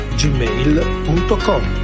gmail.com